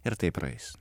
ir tai praeis